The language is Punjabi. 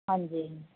ਹਾਂਜੀ